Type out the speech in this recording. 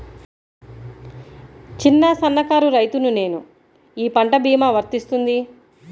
చిన్న సన్న కారు రైతును నేను ఈ పంట భీమా వర్తిస్తుంది?